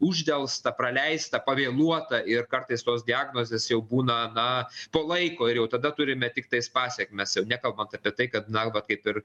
uždelsta praleista pavėluota ir kartais tos diagnozės jau būna na po laiko ir jau tada turime tiktais pasekmes jau nekalbant apie tai kad na vat kaip ir